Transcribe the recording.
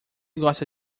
gosta